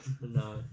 No